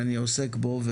אני עוסק בו,